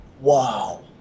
Wow